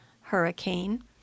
hurricane